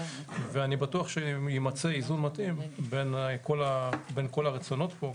אני בטוח שיימצא איזון מתאים בין כל הרצונות פה,